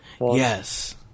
Yes